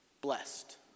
blessed